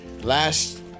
last